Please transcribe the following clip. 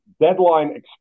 deadline